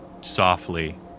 softly